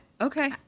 Okay